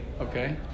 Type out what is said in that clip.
Okay